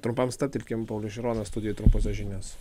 trumpam stabtelkim paulius šironas studijoj trumposios žinios